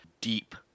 deep